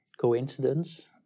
coincidence